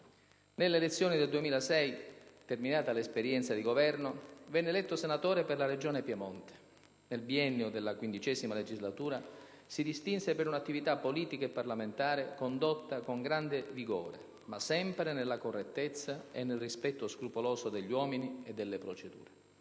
Nelle elezioni del 2006, terminata l'esperienza di governo, venne eletto senatore per la Regione Piemonte. Nel biennio della XV Legislatura si distinse per un'attività politica e parlamentare condotta con grande vigore, ma sempre nella correttezza e nel rispetto scrupoloso degli uomini e delle procedure.